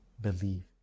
believe